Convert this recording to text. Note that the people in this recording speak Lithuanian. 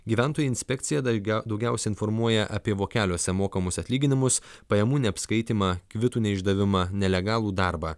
gyventojų inspekcija daigia daugiausia informuoja apie vokeliuose mokamus atlyginimus pajamų neapskaitymą kvitų neišdavimą nelegalų darbą